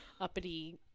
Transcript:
uppity